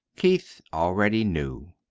keith already knew.